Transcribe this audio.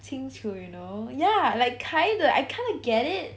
清楚 you know ya like kinda I kind of get it